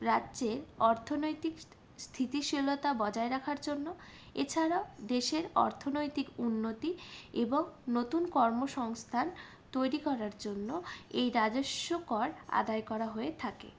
রাজ্যের অর্থনৈতিক স্থিতিশীলতা বজায় রাখার জন্য এছাড়াও দেশের অর্থনৈতিক উন্নতি এবং নতুন কর্মসংস্থান তৈরি করার জন্য এই রাজস্ব কর আদায় করা হয়ে থাকে